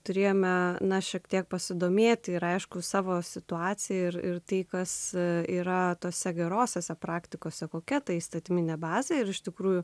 turėjome na šiek tiek pasidomėti ir aišku savo situaciją ir ir tai kas yra tose gerose praktikose kokia tai įstatyminė bazė ir iš tikrųjų